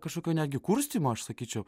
kažkokio netgi kurstymo aš sakyčiau